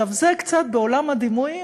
בעולם הדימויים,